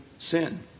sin